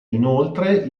inoltre